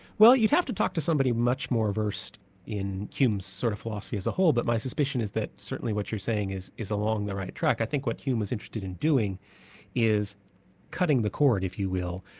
well you'd have to talk to somebody much more versed in hume's sort of philosophy as a whole, but my suspicion is that certainly what you're saying is is along the right track. i think what hume was interested in doing is cutting the cord, if you will,